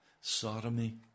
sodomy